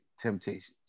Temptations